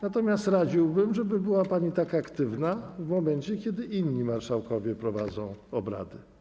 Natomiast radziłbym, żeby była pani tak aktywna w momencie, kiedy inni marszałkowie prowadzą obrady.